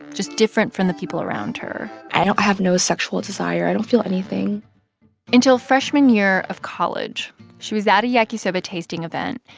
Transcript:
just different from the people around her l i don't i have no sexual desire. i don't feel anything until freshman year of college she was at a yakisoba tasting event.